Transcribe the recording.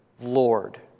Lord